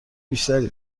بیشتری